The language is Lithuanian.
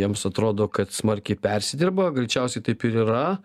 jiems atrodo kad smarkiai persidirba greičiausiai taip ir yra